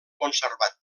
conservat